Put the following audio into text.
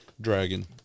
Dragon